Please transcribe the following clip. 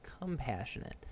compassionate